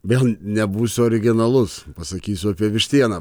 vėl nebūsiu originalus pasakysiu apie vištieną